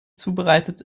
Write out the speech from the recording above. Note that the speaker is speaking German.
zubereitet